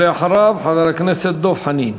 אחריו, חבר הכנסת דב חנין.